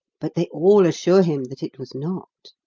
but they all assure him that it was not,